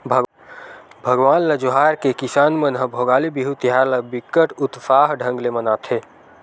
भगवान ल जोहार के किसान मन ह भोगाली बिहू तिहार ल बिकट उत्साह ढंग ले मनाथे